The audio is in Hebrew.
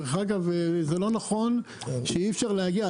דרך אגב, זה לא נכון שאי אפשר להגיע.